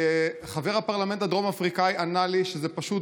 חבר הפרלמנט הדרום-אפריקאי ענה לי שזה פשוט